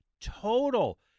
total